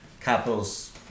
capital's